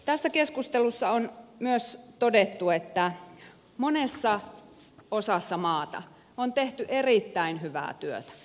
tässä keskustelussa on myös todettu että monessa osassa maata on tehty erittäin hyvää työtä